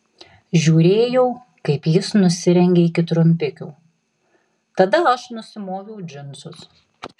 žiūrėjau kaip jis nusirengia iki trumpikių tada aš nusimoviau džinsus